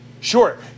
Sure